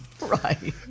Right